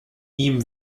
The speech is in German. ihm